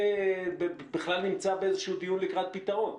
בכלל נמצא באיזשהו דיון לקראת פתרון?